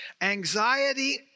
Anxiety